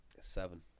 seven